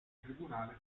tribunale